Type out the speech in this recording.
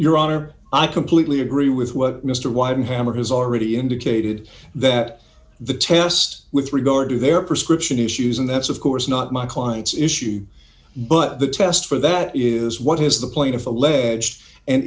your honor i completely agree with what mr wyden hammar has already indicated that the test with regard to their prescription issues and that's of course not my client's issue but the test for that is what is the plaintiff alleged and